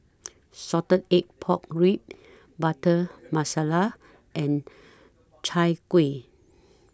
Salted Egg Pork Ribs Butter Masala and Chai Kuih